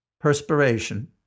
perspiration